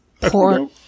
Poor